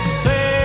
say